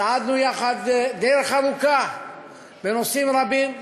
צעדנו יחד דרך ארוכה בנושאים רבים.